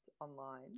online